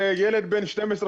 ילד בן 13-12,